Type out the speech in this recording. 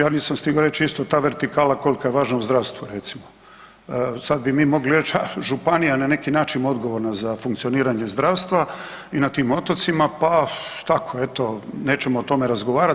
Ja nisam stigao reći isto ta vertikala kolika je važna u zdravstvu recimo, sad bi mi mogli reć županija na neki način je odgovorna za funkcioniranje zdravstva i na tim otocima pa tako, eto nećemo o tome razgovarat.